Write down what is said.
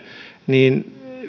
niin